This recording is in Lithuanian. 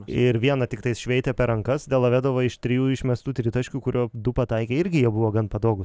ir vieną tiktais šveitė per rankas delovedova iš trijų išmestų tritaškių kurio du pataikė irgi jie buvo gan patogūs